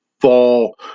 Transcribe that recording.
fall